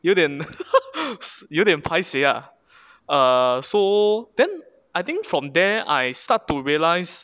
有点有点 paiseh ah so then I think from there I start to realize